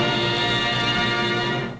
and